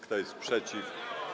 Kto jest przeciw?